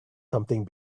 something